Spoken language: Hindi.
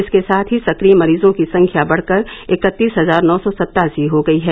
इसके साथ ही सक्रिय मरीजों की संख्या बढ़कर इकत्तीस हजार नौ सौ सत्तासी हो गयी है